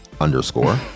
underscore